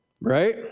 Right